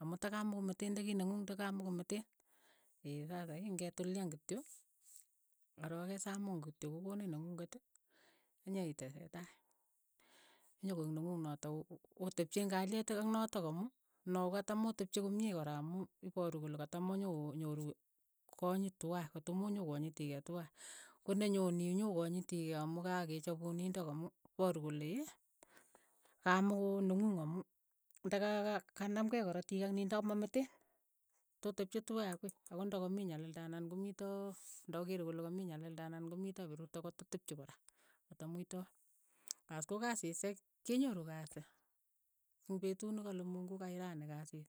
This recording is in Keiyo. amu takamokometeen ndikineng'ung takamokometeen, sasa ii ng'etulian kityo, arook ke saa mungu kityo ko koniin neng'unget nyeitesetai, nyokoeek neng'ung notok o- otepchei eng' kalyet ak notok amu noo katamotepchei komye kora amu iparu kole katamonyoo onyoru konyit twai, kotomonyokanyiti kei twai, ko ne nyonii nyo kanyitii amu kakee chapun nindok amu iparu kole kamoko neng'ung amu ndakaka kanaam kei karatik ak niin takamameteen, totepche twai akoi, akot ndaka mii nyalilda anan komitoo ndakere kole ka mii nyalilda anan komito perurto ko katatepchei kora, katamuitoo. as ko kasishek ke nyoru kasi. ku petut na kale mungu kait rani kasiit.